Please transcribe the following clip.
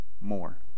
more